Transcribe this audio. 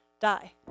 die